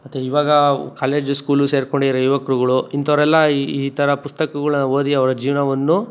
ಮತ್ತು ಇವಾಗ college school ಸೇರಿಕೊಂಡಿರೋ ಯುವಕರುಗಳು ಇಂಥವ್ರೆಲ್ಲ ಈ ಈ ಥರ ಪುಸ್ತಕಗಳ್ನ ಓದಿ ಅವರ ಜೀವನವನ್ನು